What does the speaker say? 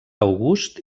august